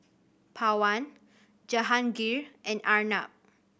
Pawan Jehangirr and Arnab